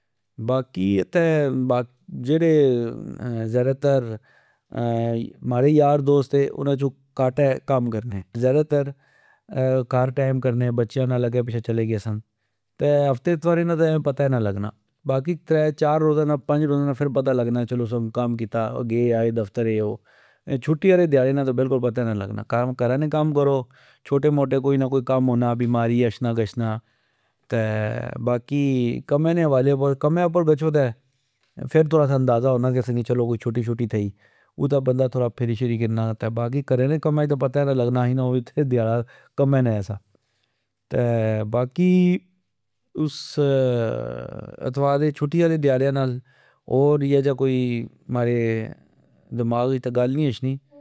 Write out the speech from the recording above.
باقی تہ جیڑے ذئدہ تر ماڑے یار دوست اے انا چو کاٹہ کم کرنے ذئدہ ترکر ٹئم کرنے، بچیا نال اگہ پچھہ چلے گے سا ۔تہ ہفتے اتوارے ناتہ پتا نے لگنا ۔باقی ترہ چار روزا نا پنج روزا نافر پتا لگنا کم کیتا گے آئے دفتر اے او ۔چھٹی آلے دیاڑہ نہ پتا نی لگنا کم کرہ نے کم کرہ چھوٹے موٹے کوئی نہ کوئی کم ہونا بیماری اچھنا گچھنا ،تہ باقی کمہ نے حوالے بوت کمہ اپر گچھو تہ فر تھوڑا کوئی اندازا ہونا کہ اسا نی چھٹی شٹی تھئی اتے بندا تھوڑا پھر تھری کنا ۔باقی کرہ نے کمہز پتا نے لگنا آکھی نا او دیاڑہ کمہ نا سا ۔تہ باقی اس اتوارہ چھٹی آلے دیاڑہ نال اور اییہ جا کوئی ماڑے دماگہ گل نی اچھنی